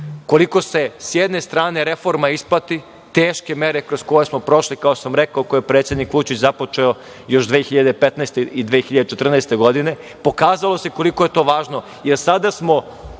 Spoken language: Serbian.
koliko se, s jedne strane, reforma isplati, teške mere kroz koje smo prošli, kao što sam rekao, koje je predsednik Vučić započeo još 2015. i 2014. godine, pokazalo se koliko je to važno,